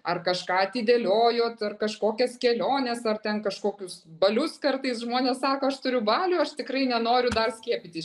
ar kažką atidėliojot ar kažkokias keliones ar ten kažkokius balius kartais žmonės sako aš turiu balių ar tikrai nenoriu dar skiepytis